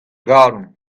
galon